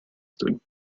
stood